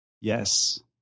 Yes